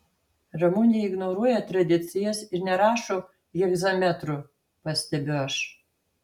ramunė ignoruoja tradicijas ir nerašo hegzametru pastebiu aš